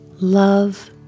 Love